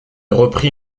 reprit